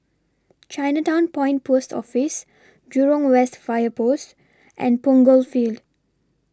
Chinatown Point Post Office Jurong West Fire Post and Punggol Field